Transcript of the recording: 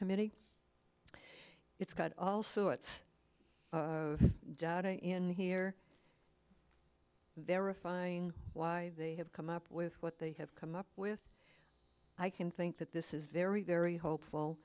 committee it's got all sorts in here verifying why they have come up with what they have come up with i can think that this is very very hopeful